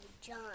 John